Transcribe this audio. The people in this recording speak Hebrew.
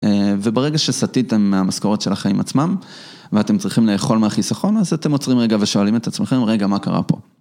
וברגע שסטיתם מהמשכורות של החיים עצמם ואתם צריכים לאכול מהחיסכון, אז אתם עוצרים רגע ושואלים את עצמכם, רגע מה קרה פה?